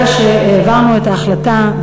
ברגע שהעברנו את ההחלטה,